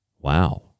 wow